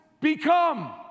become